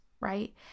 right